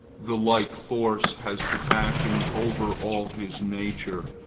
the like force has the passion over all his nature.